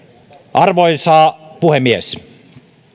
arvoisa puhemies